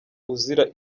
uzira